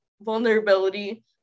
vulnerability